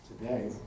today